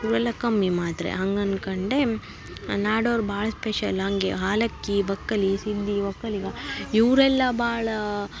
ಇವರೆಲ್ಲ ಕಮ್ಮಿ ಮಾತ್ರ ಹಂಗೆ ಅನ್ಕೊಂಡೆ ನಾಡೋರು ಭಾಳ ಸ್ಪೆಷಲ್ ಹಂಗೇ ಹಾಲಕ್ಕಿ ಒಕ್ಕಲಿ ಸಿದ್ದಿ ಒಕ್ಕಲಿಗ ಇವರೆಲ್ಲ ಭಾಳ